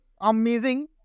amazing